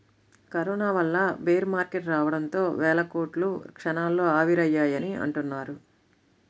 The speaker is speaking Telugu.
కరోనా వల్ల బేర్ మార్కెట్ రావడంతో వేల కోట్లు క్షణాల్లో ఆవిరయ్యాయని అంటున్నారు